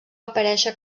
aparèixer